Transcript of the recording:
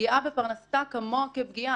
פגיעה בפרנסתה כמוה כפגיעה.